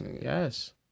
yes